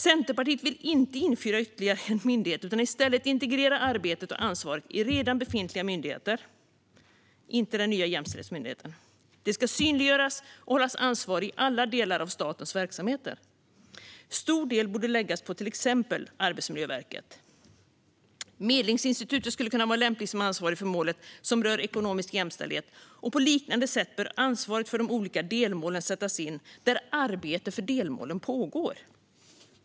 Centerpartiet vill inte införa ytterligare en myndighet utan i stället integrera arbetet och ansvaret i redan befintliga myndigheter, alltså inte i den nya Jämställdhetsmyndigheten. Det ska synliggöras och hållas ansvar i alla delar av statens verksamheter. Stor del borde läggas på till exempel Arbetsmiljöverket. Fru talman! Medlingsinstitutet skulle kunna vara lämpligt som ansvarigt för det mål som rör ekonomisk jämställdhet. På liknande sätt bör ansvaret för de olika delmålen sättas in där arbete för delmålen pågår.